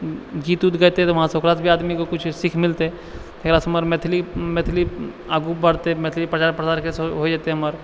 गीत उत गाइते तऽ वहाँ ओकरा सबके आदमी ककरो किछु सिख मिलतै फेर हमरासब मैथिली आगू बढ़तै मैथिली प्रचार प्रसार होइ जेतै हमर